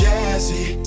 Jazzy